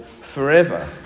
forever